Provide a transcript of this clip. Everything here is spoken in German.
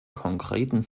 konkreten